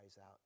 out